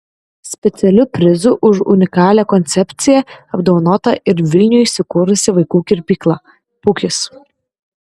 specialiu prizu už unikalią koncepciją apdovanota ir vilniuje įsikūrusi vaikų kirpykla pukis